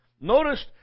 Notice